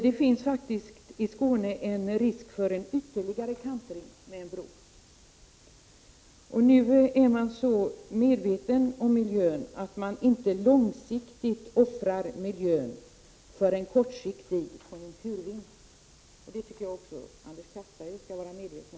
Det finns med en bro risk för en ytterligare kantring i Skåne. Nu är man så medveten om miljön att man inte långsiktigt offrar den för en kortsiktig konjunkturvinst. Det tycker jag också att Anders Castberger skall vara medveten om.